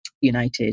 United